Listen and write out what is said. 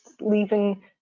leaving